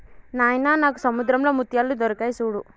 నాయిన నాకు సముద్రంలో ముత్యాలు దొరికాయి సూడు